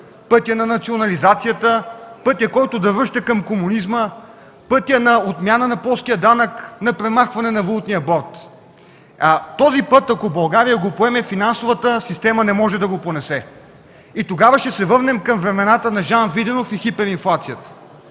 пътят на национализацията, пътят, който да връща към комунизма, пътят на отмяна на плоския данък, на премахване на валутния борд. Ако България поеме този път, финансовата система не може да го понесе. Тогава ще се върнем към времената на Жан Виденов и хиперинфлацията.